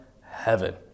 heaven